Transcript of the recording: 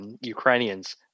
Ukrainians